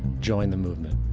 join the movement.